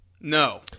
No